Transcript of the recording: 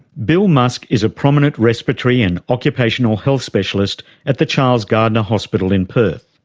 bill musk is a prominent respiratory and occupational health specialist at the charles gairdner hospital in perth.